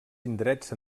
indrets